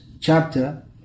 chapter